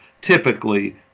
typically